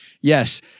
Yes